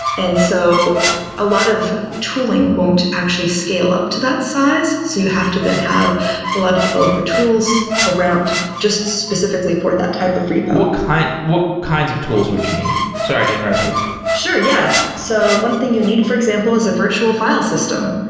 and so a lot of tooling won't actually scale up to that size. so you have to then have a lot of developer tools around just specifically for that type of repo. what what kinds of tools would you need? sorry to interrupt you sure. yeah. so one thing you need for example is a virtual file system,